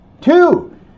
Two